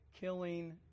killing